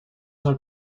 are